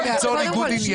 זה יכול ליצור ניגוד עניינים.